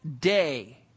day